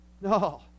No